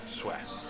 sweat